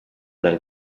dal